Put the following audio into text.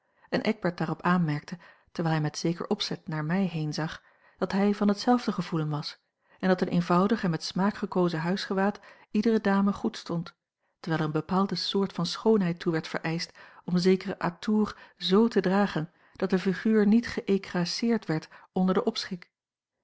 en eckbert daarop aanmerkte terwijl hij met zeker opzet naar mij heenzag dat hij van hetzelfde gevoelen was en dat een eenvoudig en met smaak gekozen huisgewaad iedere dame goed stond terwijl er eene bepaalde soort van schoonheid toe werd vereischt om zekere atours z te dragen dat de figuur niet geëcraseerd werd onder den